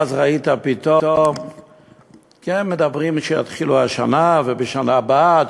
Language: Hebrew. אז ראית פתאום שאומרים שיתחילו השנה ובשנה הבאה,